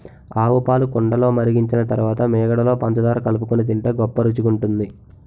ఆవుపాలు కుండలో మరిగించిన తరువాత మీగడలో పంచదార కలుపుకొని తింటే గొప్ప రుచిగుంటది